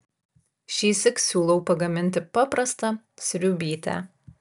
šįsyk siūlau pagaminti paprastą sriubytę